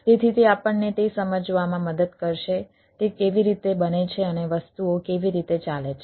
તેથી તે આપણને તે સમજવામાં મદદ કરશે તે કેવી રીતે બને છે અને વસ્તુઓ કેવી રીતે ચાલે છે